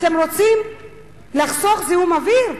אתם רוצים לחסוך זיהום אוויר?